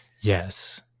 Yes